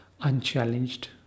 unchallenged